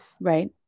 Right